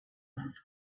one